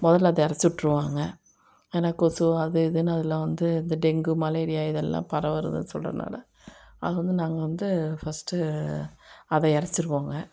முதல்ல அதை இரச்சி விட்ருவாங்க ஏனால் கொசு அது இதுன்னு அதில் வந்து இந்த டெங்கு மலேரியா இதெல்லாம் பரவுறது சொல்லுறதுனால அதை வந்து நாங்கள் வந்து ஃபர்ஸ்ட்டு அதை இரச்சிருவோங்க